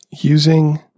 using